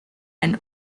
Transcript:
and